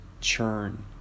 churn